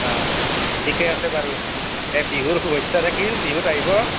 ঠিকেই আছে বাৰু তে বিহুৰ শুভেচ্ছা থাকিল বিহুত আহিব